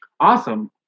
Awesome